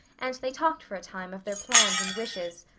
and they talked for a time of their plans and wishes.